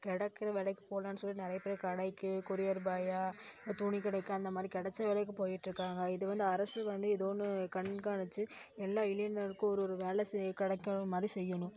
கிடைக்குற வேலைக்கு போகலான்னு சொல்லிட்டு நிறைய பேர் கடைக்கு கொரியர் பாயாக இந்த துணி கடைக்கு அந்தமாதிரி கிடைச்ச வேலைக்கு போய்ட்ருக்காங்க இது வந்து அரசு வந்து ஏதோன்னு கண்காணித்து எல்லா இளைஞருக்கும் ஒரு வேலை செய்ய கிடைக்கணும் மாதிரி செய்யணும்